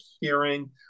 hearing